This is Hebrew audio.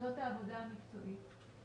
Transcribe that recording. זאת העבודה המקצועית.